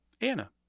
Anna